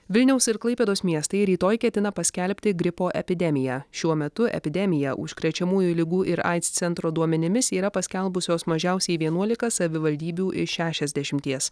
vilniaus ir klaipėdos miestai rytoj ketina paskelbti gripo epidemiją šiuo metu epidemiją užkrečiamųjų ligų ir aids centro duomenimis yra paskelbusios mažiausiai vienuolika savivaldybių iš šešiasdešimies